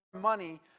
money